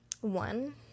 one